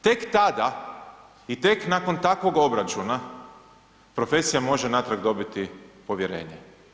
Tek tada i tek nakon takvog obračuna, profesija može natrag dobiti povjerenje.